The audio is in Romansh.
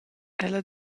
ella